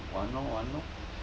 玩哦玩哦